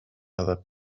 other